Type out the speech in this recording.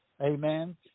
Amen